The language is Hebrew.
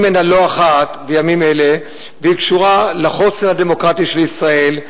ממנה לא אחת בימים אלה והיא קשורה לחוסן הדמוקרטי של ישראל,